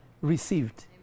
received